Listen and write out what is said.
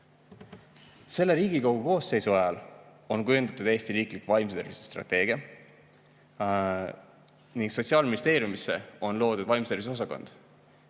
Selle Riigikogu koosseisu ajal on kujundatud Eesti riiklik vaimse tervise strateegia ning Sotsiaalministeeriumisse on loodud vaimse tervise osakond.